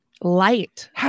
Light